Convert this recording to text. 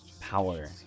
power